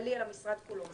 כללי על המשרד כולו.